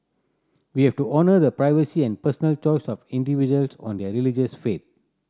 we have to honour the privacy and personal choice of individuals on their religious faith